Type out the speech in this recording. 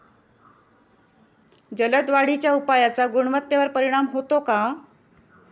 जलद वाढीच्या उपायाचा गुणवत्तेवर परिणाम होतो का?